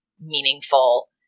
meaningful